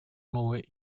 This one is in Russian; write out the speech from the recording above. новой